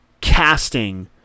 casting